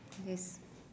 yes